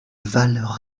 valent